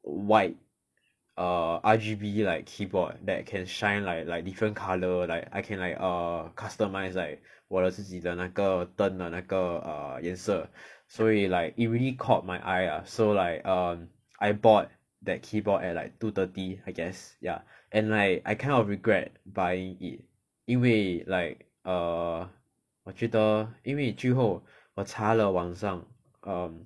white err R_G_B like keyboard that can shine like like different colour like I can like err customise like 我的自己的那个灯的那个 err 颜色所以 like it really caught my eye ah so like um I bought that keyboard at like two thirty I guess ya and like I kind of regret buying it 因为 like err 我觉得因为居后我查了网上